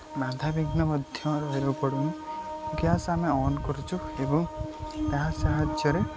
ବାଧା ବିିଘ୍ନ ମଧ୍ୟ ରହିବାକୁ ପଡ଼ୁନି ଗ୍ୟାସ୍ ଆମେ ଅନ୍ କରୁଛୁ ଏବଂ ଏହା ସାହାଯ୍ୟରେ